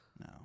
No